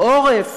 בעורף,